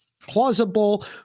plausible